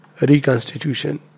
reconstitution